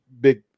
big